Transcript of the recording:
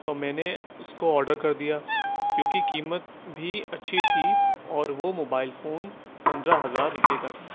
تو میں نے اس کو آڈر کر دیا کیوں کہ قیمت بھی اچھی تھی اور وہ موبائل فون پندرہ ہزار روپے کا تھا